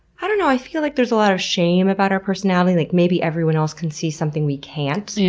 i don't know, i feel like there is a lot of shame about our personality. like maybe everyone else can see something we can't. yeah